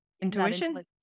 Intuition